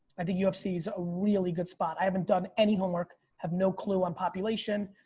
i think ufc is a really good sport. i haven't done any homework, have no clue on population.